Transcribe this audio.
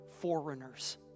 foreigners